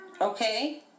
Okay